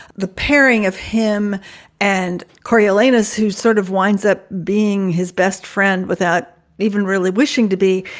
the pairing of him and coriolanus, who sort of winds up being his best friend without even really wishing to be,